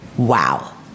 Wow